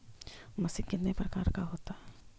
Machine कितने प्रकार का होता है?